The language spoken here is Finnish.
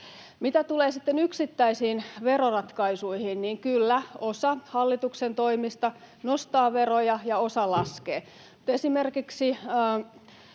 Mitä tulee sitten yksittäisiin veroratkaisuihin, niin kyllä, osa hallituksen toimista nostaa veroja ja osa laskee. Esimerkiksi